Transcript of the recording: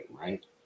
right